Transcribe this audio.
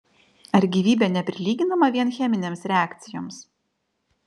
ar gyvybė neprilyginama vien cheminėms reakcijoms